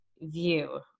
view